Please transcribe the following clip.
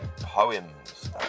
poems